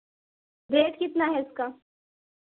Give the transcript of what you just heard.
rate कितना है इसका